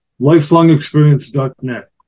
LifelongExperience.net